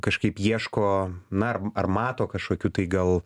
kažkaip ieško na ar ar mato kažkokių tai gal